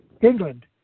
England